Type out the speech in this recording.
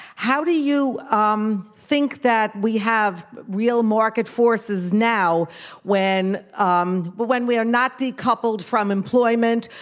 how do you um think that we have real market forces now when um but when we are not decoupled from employment,